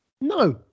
No